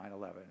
9-11